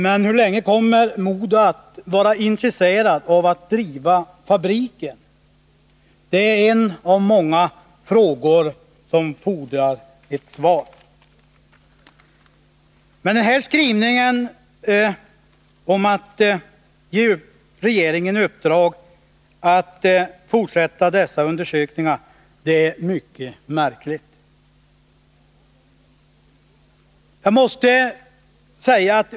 Men hur länge kommer MoDo att vara intresserat av att driva fabriken? Det är en av många frågor som fordrar ett svar. Men denna skrivning om att ge regeringen i uppdrag att fortsätta dessa undersökningar är mycket märklig.